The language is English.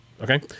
Okay